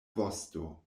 vosto